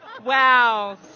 wow